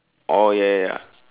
oh ya ya ya